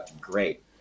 great